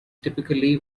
typically